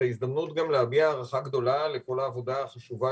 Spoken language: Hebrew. וזאת הזדמנות גם להביע הערכה גדולה לכל העבודה החשובה